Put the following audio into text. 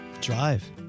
Drive